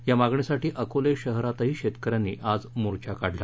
या मागणीसाठी अकोले शहरातही शेतकऱ्यांनी आज मोर्चा काढला